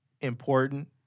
important